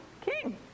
king